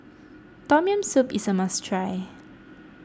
Tom Yam Soup is a must try